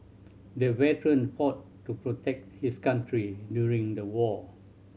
the veteran fought to protect his country during the war